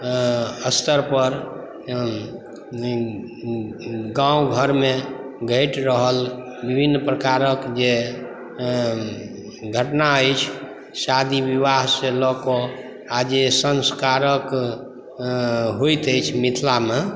स्तर पर गाँव घरमे घटि रहल विभिन्न प्रकारक जे घटना अछि शादी विवाह से लऽ कऽ आ जे संस्कारक होइत अछि मिथिलामे